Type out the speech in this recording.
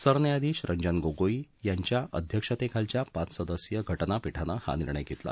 सरन्यायाधीश रंजन गोगोई यांच्या अध्यक्षतेखालच्या पाच सदस्यीय घटनापीठानं हा निर्णय घेतला